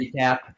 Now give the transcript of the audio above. recap